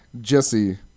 Jesse